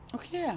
okay ah